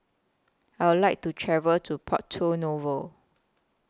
I Would like to travel to Porto Novo